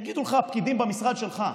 יגידו לך הפקידים במשרד שלך.